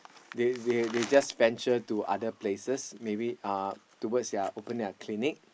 they they they just venture to other places maybe uh towards their open their clinic